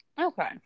Okay